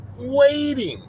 waiting